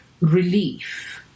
relief